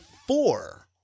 Four